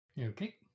Okay